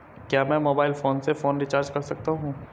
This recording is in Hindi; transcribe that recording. क्या मैं मोबाइल फोन से फोन रिचार्ज कर सकता हूं?